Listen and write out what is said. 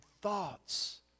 thoughts